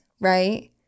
right